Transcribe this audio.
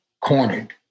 cornered